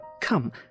come